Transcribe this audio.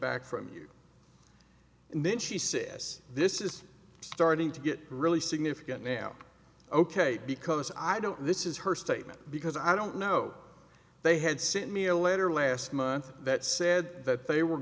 back from you and then she said yes this is starting to get really significant now ok because i don't this is her statement because i don't know they had sent me a letter last month that said that they were